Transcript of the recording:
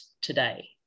today